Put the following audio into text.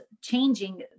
changing